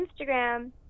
Instagram